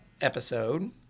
episode